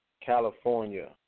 California